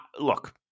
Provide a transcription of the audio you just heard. look